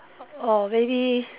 or maybe